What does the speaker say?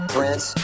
Prince